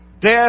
death